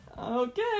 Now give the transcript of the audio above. Okay